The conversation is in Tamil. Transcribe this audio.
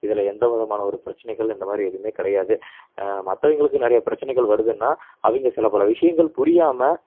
இதுல எந்தவிதமான ஒரு பிரச்சனைகள் இந்தமாதிரி எதுவுமே கிடையாது மற்றவங்களுக்கு நிறையா பிரச்சனைகள் வருதுனா அவங்க சில பல விஷயங்கள் புரியாமல்